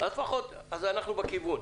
לפחות אנחנו בכיוון.